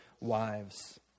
wives